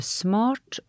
smart